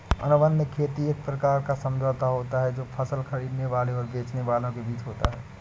अनुबंध खेती एक प्रकार का समझौता होता है जो फसल खरीदने वाले और बेचने वाले के बीच होता है